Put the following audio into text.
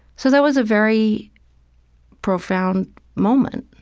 so that was a very profound moment.